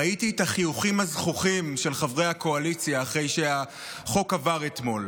ראיתי את החיוכים הזחוחים של חברי הקואליציה אחרי שהחוק עבר אתמול.